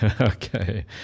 Okay